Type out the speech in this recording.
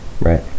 Right